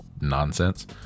nonsense